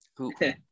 Okay